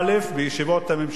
בישיבות הממשלה,